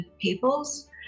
peoples